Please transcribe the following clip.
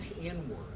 inward